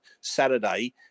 Saturday